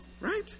Right